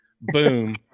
Boom